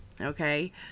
okay